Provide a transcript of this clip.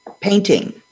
painting